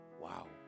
Wow